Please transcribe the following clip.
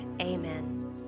Amen